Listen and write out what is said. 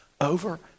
over